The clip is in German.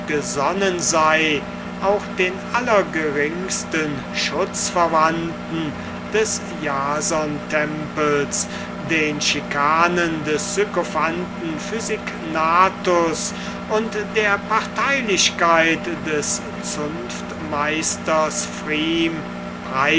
gesonnen sei auch den allergeringsten schutzverwandten des jasontempels ein schlachtopfer der schikanen des sykophanten physignathus und der parteilichkeit des zunftmeisters